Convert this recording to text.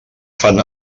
fan